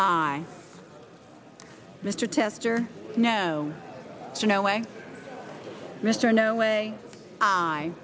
i mr tester no no way mr no way i